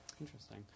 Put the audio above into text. Interesting